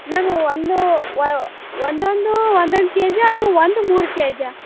ma'am ಒಂದು ಒಂದೊಂದು ಒಂದೊಂದು ಕೆ ಜಿಯ ಅಥವಾ ಒಂದು ಮೂರು ಕೆ ಜಿಯಾ